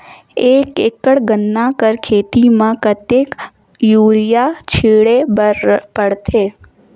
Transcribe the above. एक एकड़ गन्ना कर खेती म कतेक युरिया छिंटे बर पड़थे?